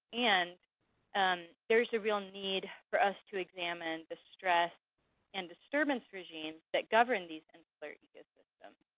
and um there is a real need for us to examine the stress and disturbance regimes that govern these insular ecosystems.